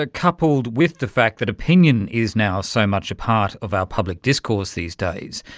ah coupled with the fact that opinion is now so much a part of our public discourse these days,